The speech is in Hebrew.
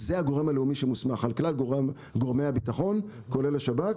זה הגורם הלאומי שמוסמך על כלל גורמי הביטחון כולל השב"כ,